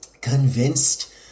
convinced